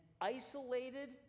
isolated